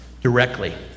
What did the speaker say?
directly